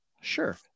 sure